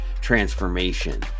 transformation